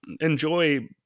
enjoy